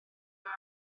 fai